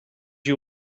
you